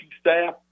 staff